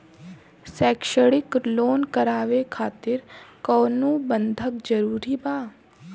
शैक्षणिक लोन करावे खातिर कउनो बंधक जरूरी बा?